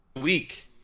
week